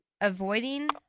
avoiding